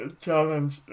challenge